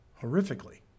horrifically